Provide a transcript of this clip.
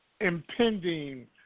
impending